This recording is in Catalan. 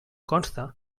consta